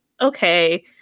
okay